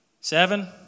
seven